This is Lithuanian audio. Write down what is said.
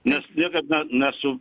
nes niekada nesu